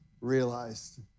realized